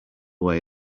way